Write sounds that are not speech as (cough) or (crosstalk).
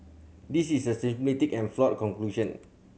this is a (unintelligible) and flawed conclusion